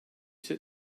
sit